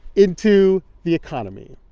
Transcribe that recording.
into the economy.